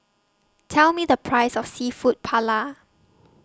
Tell Me The Price of Seafood Paella